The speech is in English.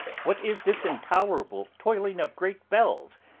what is this intolerable tolling of great bells,